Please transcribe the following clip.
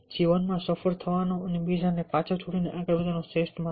જીવનમાં સફળ થવાનો અને બીજાને પાછળ છોડીને આગળ વધવાનો શ્રેષ્ઠ માર્ગ